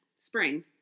Spring